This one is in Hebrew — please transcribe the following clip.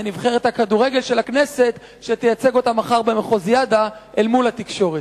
לנבחרת הכדורגל של הכנסת שתייצג אותה ב"מחוזיאדה" אל מול התקשורת.